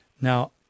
Now